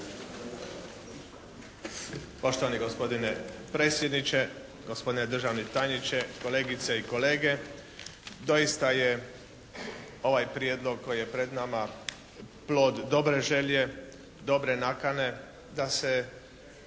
Poštovani gospodine predsjedniče, gospodine državni tajniče, kolegice i kolege. Doista je ovaj prijedlog koji je pred nama plod dobre želje, dobre nakane da se